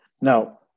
Now